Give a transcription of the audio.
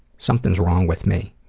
something's wrong with me.